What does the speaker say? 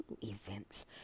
events